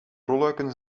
rolluiken